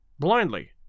blindly